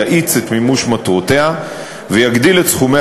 יאיץ את מימוש מטרותיה ויגדיל את סכומי